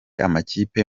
amakipe